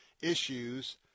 issues